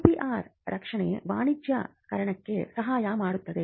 IPR ರಕ್ಷಣೆ ವಾಣಿಜ್ಯೀಕರಣಕ್ಕೆ ಸಹಾಯ ಮಾಡುತ್ತದೆ